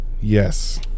Yes